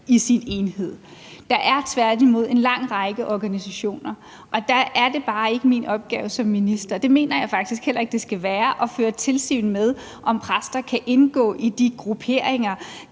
i sin enhed. Der er tværtimod en lang række organisationer, og der er det bare ikke min opgave som minister – det mener jeg faktisk heller ikke det skal være – at føre tilsyn med, om præster kan indgå i de grupperinger,